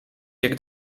jak